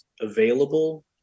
available